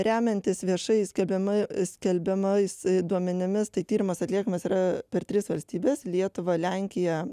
remiantis viešai skelbiama skelbiamais duomenimis tai tyrimas atliekamas yra per tris valstybes lietuvą lenkiją